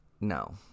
No